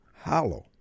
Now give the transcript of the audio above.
hollow